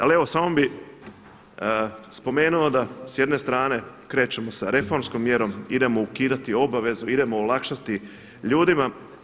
Ali evo, samo bih spomenuo da s jedne strane krećemo sa reformskom mjerom, idemo ukidati obavezu, idemo olakšati ljudima.